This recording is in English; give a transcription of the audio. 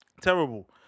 Terrible